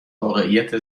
واقعیت